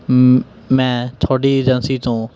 ਮ ਮੈਂ ਤੁਹਾਡੀ ਏਜੰਸੀ ਤੋਂ